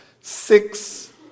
six